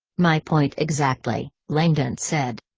my point exactly, langdon said.